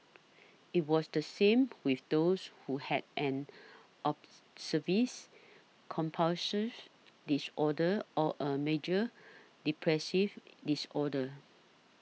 it was the same with those who had an observe views compulsive disorder or a major depressive disorder